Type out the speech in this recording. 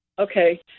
Okay